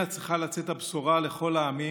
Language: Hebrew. ממנה צריכה לצאת הבשורה לכל העמים.